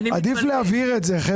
עדיף להבהיר את זה.